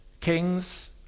Kings